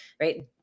right